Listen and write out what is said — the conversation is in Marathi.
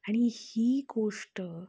आणि ही गोष्ट